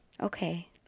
Okay